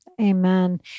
Amen